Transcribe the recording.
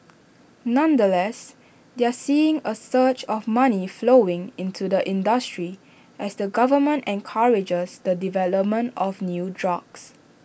nonetheless they're seeing A surge of money flowing into the industry as the government encourages the development of new drugs